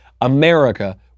America